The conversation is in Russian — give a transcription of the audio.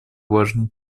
важной